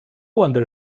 wonder